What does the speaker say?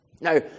Now